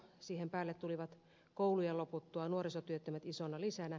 siihen päälle tulivat koulujen loputtua nuorisotyöttömät isona lisänä